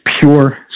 pure